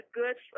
good